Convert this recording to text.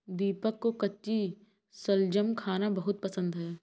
दीपक को कच्ची शलजम खाना बहुत पसंद है